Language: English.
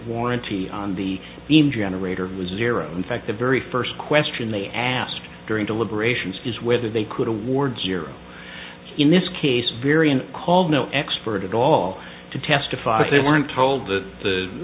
warranty on the beam generator was zero in fact the very first question they asked during deliberations is whether they could award zero in this case very and called no expert at all to testify that they weren't told that the